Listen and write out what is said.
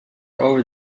over